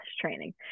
training